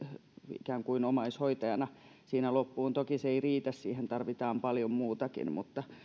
ikään kuin omaishoitajana siinä loppuun toki se ei riitä siihen tarvitaan paljon muutakin mutta